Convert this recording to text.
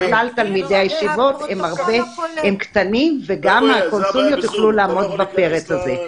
של כלל תלמידי הישיבות הם קטנים וגם הקונסוליות יוכלו לעמוד בפרץ הזה.